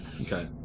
Okay